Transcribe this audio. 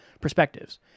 perspectives